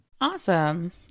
awesome